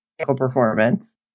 Performance